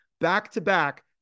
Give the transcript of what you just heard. back-to-back